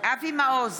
אבי מעוז,